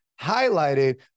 highlighted